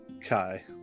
Kai